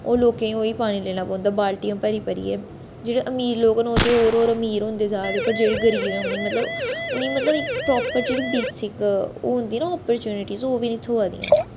ओह् लोकें ओह् ही पानी लेना पौंदां बालटियां भरी भरियै जेह्ड़े अमीर लोक न ओह् ते होर होर अमीर होंदे जा दे पर जेह्ड़े गरीब न उनें मतलब उनेंगी मतलब इक प्रापर जेह्ड़ी बेसिक होंदी ना आपरचुनटिस ओह् बी नी थ्होआ दियां